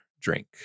drink